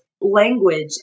language